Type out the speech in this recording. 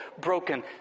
broken